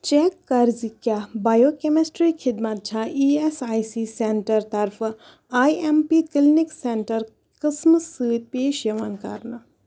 check کٔرۍزِ کیٛاہ biochemistry خٔدمت چھا E S I C centre طرفہٕ I M P clinic centre قٕسمہٕ سۭتۍ پیش یِوان کرنہٕ